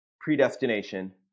predestination